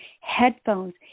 headphones